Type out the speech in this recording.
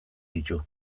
ditu